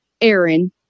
Aaron